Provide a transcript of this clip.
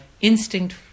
instinct